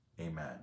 Amen